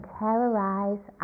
terrorize